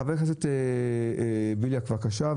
חבר הכנסת ולדימיר בליאק, בבקשה.